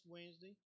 Wednesday